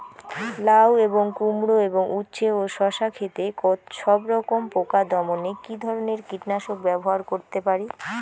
লাউ এবং কুমড়ো এবং উচ্ছে ও শসা ক্ষেতে সবরকম পোকা দমনে কী ধরনের কীটনাশক ব্যবহার করতে পারি?